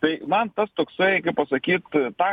tai man tas toksai kaip pasakyt tą